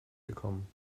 gekommen